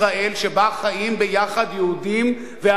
שבה חיים ביחד יהודים וערבים,